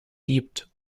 gibt